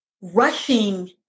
rushing